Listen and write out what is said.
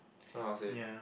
don't know how to say